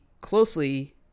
closely